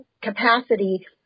Capacity